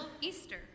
Easter